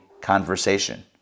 conversation